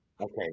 Okay